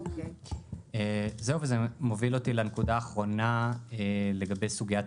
זה מוביל אותי לנקודה האחרונה לגבי סוגיית